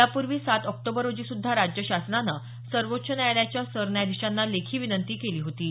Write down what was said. यापूर्वी सात ऑक्टोबर रोजी सुद्धा राज्य शासनानं सर्वोच्च न्यायालयाच्या सरन्यायाधिशांना लेखी विनंती केली होती